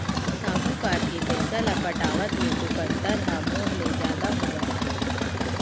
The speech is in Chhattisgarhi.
साहूकार के पइसा ल पटावत ले तो कंतर ह मूर ले जादा हो जाथे